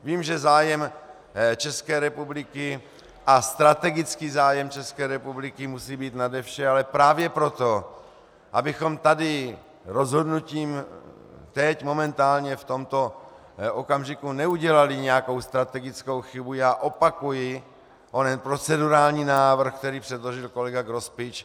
Vím, že zájem České republiky a strategický zájem České republiky musí být nade vše, ale právě proto, abychom tady rozhodnutím teď momentálně v tomto okamžiku neudělali nějakou strategickou chybu, já opakuji onen procedurální návrh, který předložil kolega Grospič.